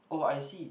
oh I see